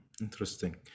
Interesting